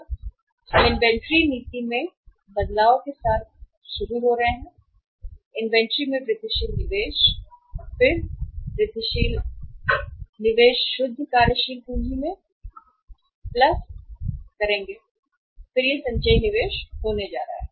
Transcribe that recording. हम इन्वेंट्री नीति में बदलाव के साथ शुरू हो रहे हैं इन्वेंट्री में वृद्धिशील निवेश और फिर वृद्धिशील शुद्ध निवेश कार्यशील पूंजी कुल निवेश में वृद्धि इस प्लस और फिर यह संचयी निवेश होने जा रहा है